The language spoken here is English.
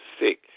sick